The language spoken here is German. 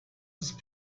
ist